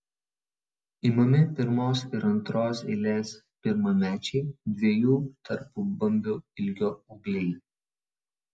imami pirmos ir antros eilės pirmamečiai dviejų tarpubamblių ilgio ūgliai